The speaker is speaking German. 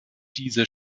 dieser